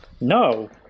no